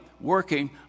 Working